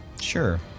Sure